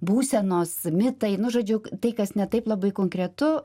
būsenos mitai nu žodžiu tai kas ne taip labai konkretu